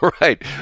right